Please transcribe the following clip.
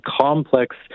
complex